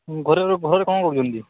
ଘରେର ଘରେ କ'ଣ କରୁଛନ୍ତି